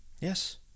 Yes